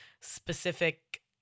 specific